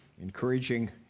encouraging